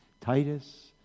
Titus